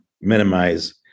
minimize